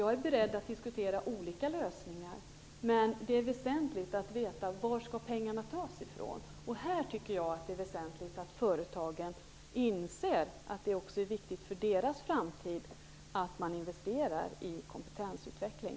Jag är beredd att diskutera olika lösningar, men det är väsentligt att veta varifrån pengarna skall tas. Jag tycker att det är väsentligt att företagen inser att det är viktigt också för deras framtid att investera i kompetensutveckling.